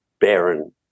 barren